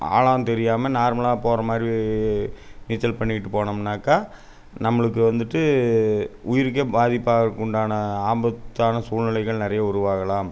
ஆழம் தெரியாமல் நார்மலாக போகிற மாதிரி நீச்சல் பண்ணிக்கிட்டு போனம்னாக்கா நம்மளுக்கு வந்துட்டு உயிருக்கு பாதிப்பாகிறதுக்கு உண்டான ஆபத்தான சூழ்நிலைகள் நிறைய உருவாகலாம்